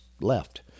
left